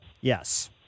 Yes